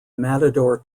matador